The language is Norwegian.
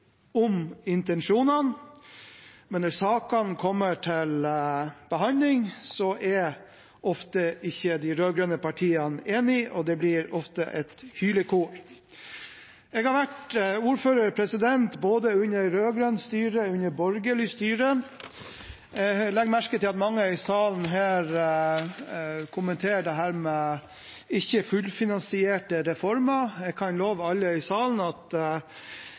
om intensjonene, men når sakene kommer til behandling, er ofte ikke de rød-grønne partiene enige, og det blir ofte et hylekor. Jeg har vært ordfører både under rød-grønt og under borgerlig styre. Jeg legger merke til at mange her i salen kommenterer dette med ikke fullfinansierte reformer. Jeg kan love alle i salen at